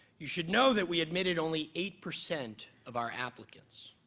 you should know that we admitted only eight percent of our applicants,